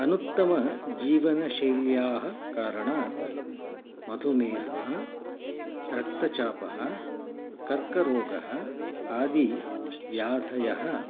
अनुत्तमजीवनशैल्याः कारणात् मधुमेहः रक्तचापः कर्करोगः आदि व्याधयः